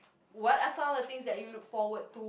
what are some of the things that you look forward to